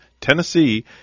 Tennessee